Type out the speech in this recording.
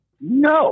No